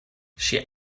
she